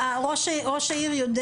ראש העיר יודע